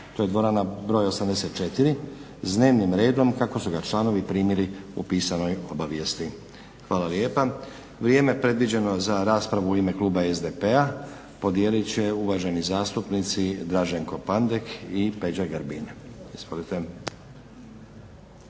to je dvorana broj 84, s dnevnim redom kako su ga članovi primili u pisanoj obavijesti. Hvala lijepa. Vrijeme predviđeno za raspravu i ime kluba SDP-a podijelit će uvaženi zastupnici Draženko Pandek i Peđa Grbin.